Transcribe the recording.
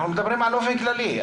אנחנו מדברים באופן כללי.